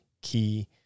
key